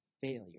failure